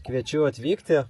kviečiu atvykti